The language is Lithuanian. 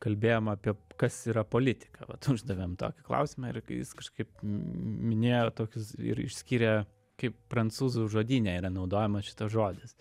kalbėjom apie kas yra politika vat uždavėm tokį klausimą ir kai jis kažkaip minėjo toks ir išskyrė kaip prancūzų žodyne yra naudojamas šitas žodis